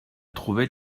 trouva